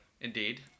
Indeed